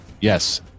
Yes